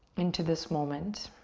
into this moment.